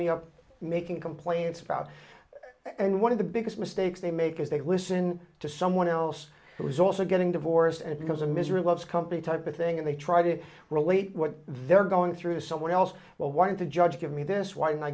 me up making complaints from and one of the biggest mistakes they make is they listen to someone else who is also getting divorced and because a misery loves company type of thing and they try to relate what they're going through someone else will want to judge give me this why